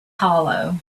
hollow